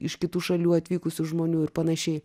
iš kitų šalių atvykusių žmonių ir panašiai